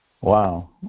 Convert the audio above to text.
Wow